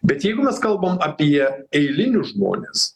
bet jeigu mes kalbam apie eilinius žmones